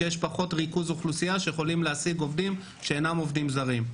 איפה שיש פחות ריכוז אוכלוסייה שיכולים להשיג עובדים שאינם עובדים זרים.